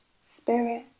spirit